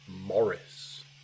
Morris